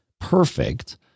perfect